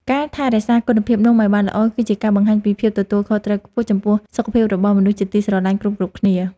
ការថែរក្សាគុណភាពនំឱ្យបានល្អគឺជាការបង្ហាញពីភាពទទួលខុសត្រូវខ្ពស់ចំពោះសុខភាពរបស់មនុស្សជាទីស្រឡាញ់គ្រប់ៗគ្នា។